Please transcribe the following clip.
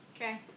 Okay